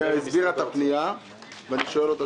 היא הסבירה את הפנייה ואני שואל אותה